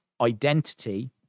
identity